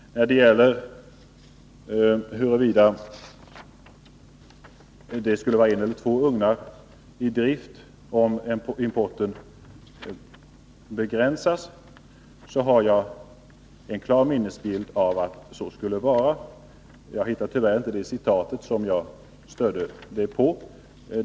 När det gäller huruvida en eller två ugnar skulle vara i drift om importen begränsas har jag en klar minnesbild av att det skulle vara två ugnar. Jag hittar tyvärr inte citatet som jag stödde den uppgiften på.